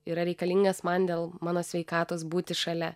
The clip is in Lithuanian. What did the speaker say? yra reikalingas man dėl mano sveikatos būti šalia